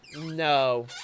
no